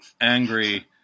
angry